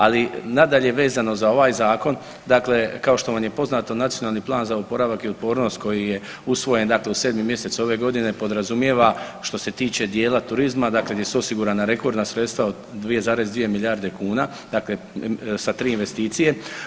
Ali nadalje, vezano za ovaj zakon dakle kao što vam je poznato Nacionalni plan za oporavak i otpornost koji je usvojen dakle u sedmi mjesec ove godine podrazumijeva što se tiče dijela turizma, dakle gdje su osigurana rekordna sredstva od 2,2 milijarde kuna, dakle sa 3 investicije.